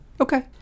Okay